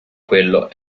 quello